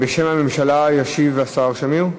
בשם הממשלה ישיב השר שמיר.